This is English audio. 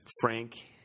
frank